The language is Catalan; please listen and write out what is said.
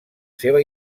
seva